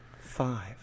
Five